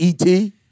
ET